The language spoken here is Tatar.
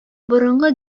борынгы